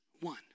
one